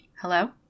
hello